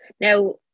now